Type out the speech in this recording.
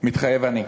מתחייב אני.